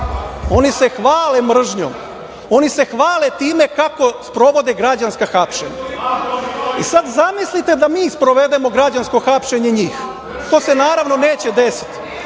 se hvale mržnjom, oni se hvale time kako sprovode građanska hapšenja. Sad zamislite da mi sprovedemo građansko hapšenje i njih. To se, naravno, neće desiti,